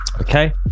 Okay